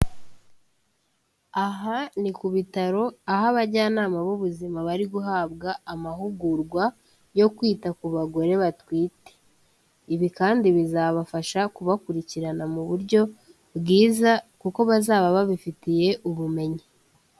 Aha ni ku bitaro, aho abajyanama b'ubuzima bari guhabwa amahugurwa yo kwita ku bagore batwite. Ibi kandi bizabafasha kubakurikirana mu buryo bwiza kuko bazaba babifitiye ubumenyi.